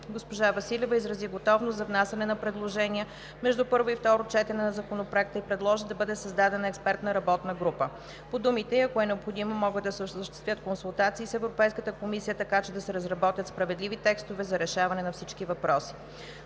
Госпожа Василева изрази готовност за внасяне на предложения между първо и второ четене на Законопроекта и предложи да бъде създадена експертна работна група. По думите ѝ ако е необходимо, могат да се осъществят консултации с Европейската комисия, така че да се разработят справедливи текстове за решаване на всички въпроси.